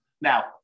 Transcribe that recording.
Now